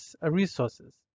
resources